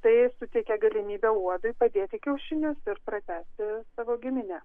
ir tai suteikia galimybę odui padėti kiaušinius ir pratęsti savo giminę